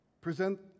present